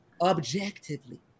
objectively